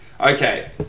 Okay